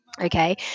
Okay